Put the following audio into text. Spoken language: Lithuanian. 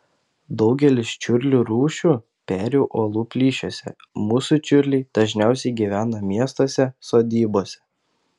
daugelis čiurlių rūšių peri uolų plyšiuose mūsų čiurliai dažniausiai gyvena miestuose sodybose